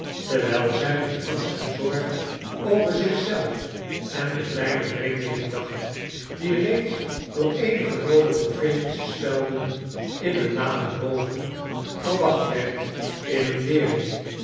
terwijl zij met angst en zorg over zich zelf en den kleinen vreemdeling dacht die reeds door eenige looden profetische spelden in een lade boven verwacht werd in een wereld